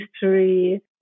history